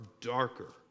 darker